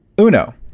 uno